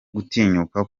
gutinyuka